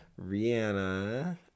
Rihanna